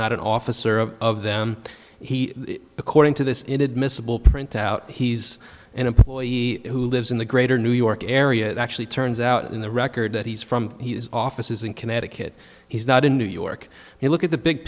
not an officer of them he according to this inadmissible printout he's an employee who lives in the greater new york area it actually turns out in the record that he's from he has offices in connecticut he's not in new york and look at the big